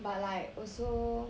but like also